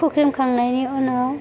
हुख्रेबखांनायनि उनाव